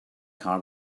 car